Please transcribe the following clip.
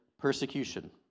persecution